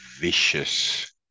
vicious